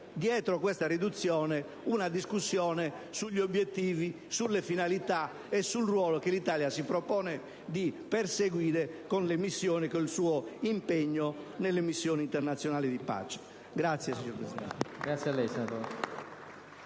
dietro questa riduzione una discussione sugli obiettivi, sulle finalità e sul ruolo che l'Italia si propone di perseguire con il suo impegno nelle missioni internazionali di pace. *(Applausi dal